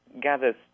gathers